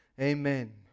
Amen